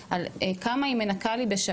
אלא על כמה היא מנקה לי בשעה.